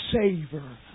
savor